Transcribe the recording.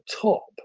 top